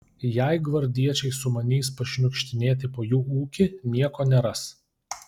jei gvardiečiai sumanys pašniukštinėti po jų ūkį nieko neras